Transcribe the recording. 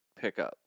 pickup